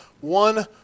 one